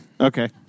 Okay